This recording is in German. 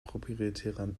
proprietärer